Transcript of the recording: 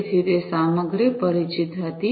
તેથી તે સામગ્રી પરિચિત હતી